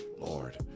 lord